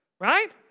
Right